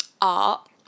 art